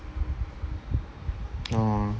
oh